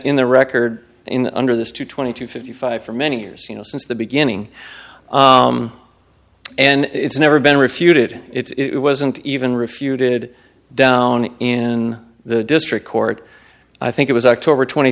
in the record in under this to twenty to fifty five for many years you know since the beginning and it's never been refuted it wasn't even refuted down in the district court i think it was october tw